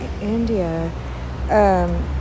India